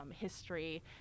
history